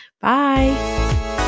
bye